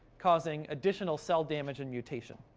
causing additional cell damage and mutation.